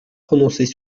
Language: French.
prononcés